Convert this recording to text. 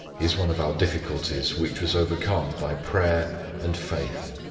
is one of our difficulties which was overcome by prayer and faith.